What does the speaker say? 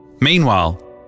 Meanwhile